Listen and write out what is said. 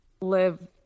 live